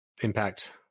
impact